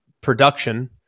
production